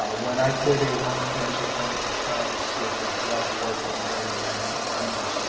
ah when i did a lung cancer clinical trial to see if a drug worked in the early nineteen ninety s,